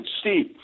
Steve